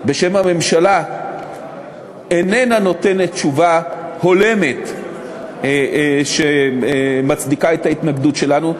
בשם הממשלה איננה נותנת תשובה הולמת שמצדיקה את ההתנגדות שלנו,